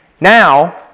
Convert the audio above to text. Now